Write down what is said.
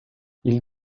ils